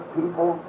people